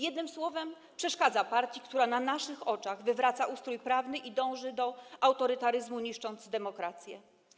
Jednym słowem, przeszkadza partii, która na naszych oczach wywraca ustrój prawny i dąży do autorytaryzmu, niszcząc demokrację.